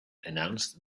announced